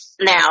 now